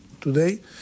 today